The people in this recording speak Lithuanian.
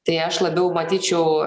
tai aš labiau matyčiau